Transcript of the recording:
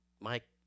Mike